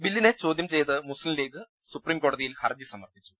ബില്ലിനെ ചോദ്യം ചെയ്ത് മുസ്തിംലീഗ് സുപ്രീംകോടതിയിൽ ഹർജി സമർപ്പിച്ചു